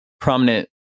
prominent